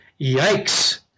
yikes